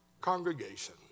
congregation